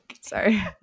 sorry